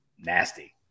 Nasty